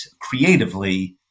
creatively